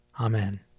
Amen